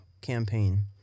campaign